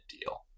deal